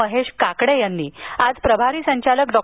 महेश काकडे यांनी आज प्रभारी संचालक डॉ